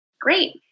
Great